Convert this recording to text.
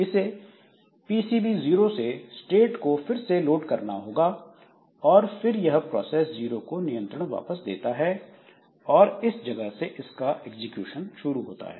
इसे पीसीबी 0 से स्टेट को फिर से लोड करना होगा और फिर यह प्रोसेस जीरो को नियंत्रण वापस देता है और इस जगह से इसका एग्जीक्यूशन शुरू होता है